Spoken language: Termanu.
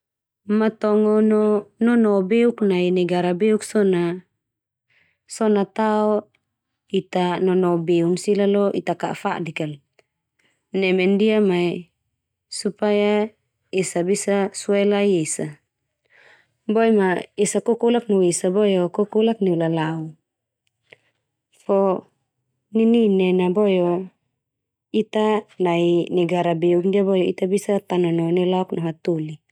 Matongo no nono beuk nai negara beuk so na so na tao ita nono beun sila lo ita ka'a fadik al. Neme ndia mai supaya esa bisa sue lai esa, boe ma esa kokolak no esa boe o kokolak neulalau, fo nininin a boe o ita nai negara beuk ndia boe o ita bisa tanono neulauk no hatoli.